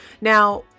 Now